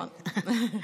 נכון.